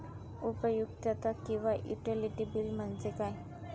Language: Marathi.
उपयुक्तता किंवा युटिलिटी बिल म्हणजे काय?